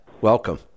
welcome